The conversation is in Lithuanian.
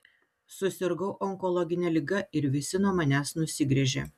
susirgau onkologine liga ir visi nuo manęs nusigręžė